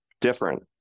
different